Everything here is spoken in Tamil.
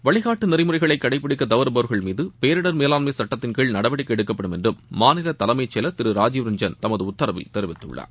வழிகாட்டு நெறிமுறைகளை கடைப்பிடிக்க தவறுபவர்கள் மீது பேரிடர் மேலாண்மை சுட்டத்தின்கீழ் நடவடிக்கை எடுக்கப்படும் என்றும் மாநில தலைமைசெயலர் திரு ராஜீவ் ரஞ்சன் தமது உத்தரவில் தெரிவித்துள்ளார்